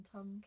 Tom